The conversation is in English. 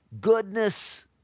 goodness